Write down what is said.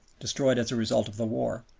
destroyed as a result of the war,